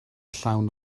llawn